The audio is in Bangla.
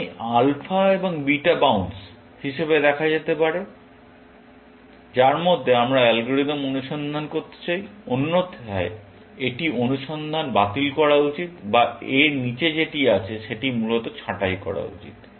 সুতরাং এই আলফা এবং বিটা বাউন্স হিসাবে দেখা যেতে পারে যার মধ্যে আমরা অ্যালগরিদম অনুসন্ধান করতে চাই অন্যথায় এটি অনুসন্ধান বাতিল করা উচিত বা এর নীচে যেটি আছে সেটি মূলত ছাঁটাই করা উচিত